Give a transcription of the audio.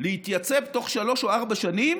להתייצב תוך שלוש או ארבע שנים